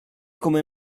come